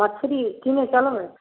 मछरी किनै चलबै